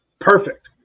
Perfect